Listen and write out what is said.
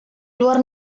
luar